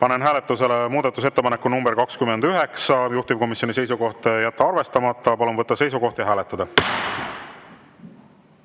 Panen hääletusele muudatusettepaneku nr 29, juhtivkomisjoni seisukoht on jätta arvestamata. Palun võtta seisukoht ja hääletada!